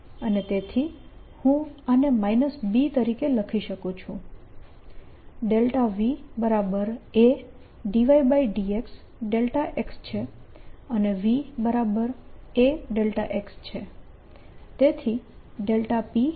અને તેથી હું આને B તરીકે લખી શકું છું VA∂y∂xx છે અને VAx છે